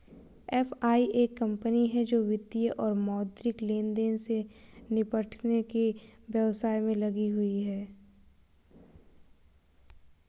FI एक company है जो वित्तीय और मौद्रिक लेनदेन से निपटने के व्यवसाय में लगी हुई है